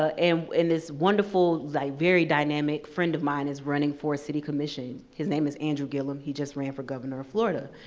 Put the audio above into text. ah and and this wonderful, like very dynamic friend of mine is running for a city commission. his name is andrew gillum. he just ran for governor of florida.